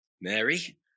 Mary